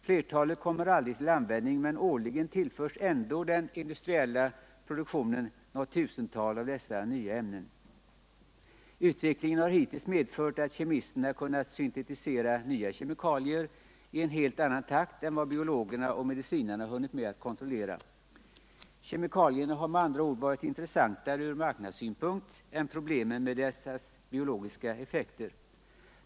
Flertalet kommer aldrig till användning, men årligen tillförs ändå den industriella produktionen något tusental av dessa nya ämnen. Utvecklingen har hittills medfört att kemisterna kunnat syntetisera nya kemikalier i en helt annan takt än vad biologerna och medicinarna hunnit med att kontrollera. Kemikalier har med andra ord varit intressantare från marknadssynpunkt än problemen med dessas biologiska effekter.